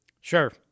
Sure